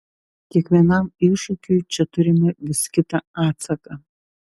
kiekvienam iššūkiui čia turime vis kitą atsaką